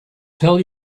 tell